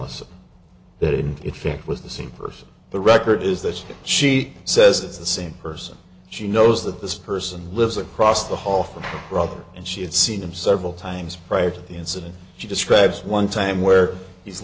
n that in effect was the same person the record is that she says it's the same person she knows that this person lives across the hall from robert and she had seen him several times prior to the incident she describes one time where he's